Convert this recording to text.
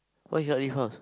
why cannot leave house